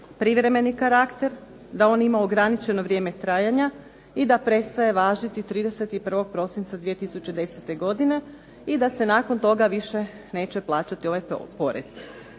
privremeni karakter, da on ima ograničeno vrijeme trajanja i da prestaje važiti 31. prosinca 2010. godine i da se nakon toga više neće plaćati ovaj porez.